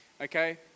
okay